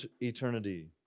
eternity